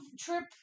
trip